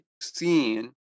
seen